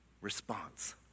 response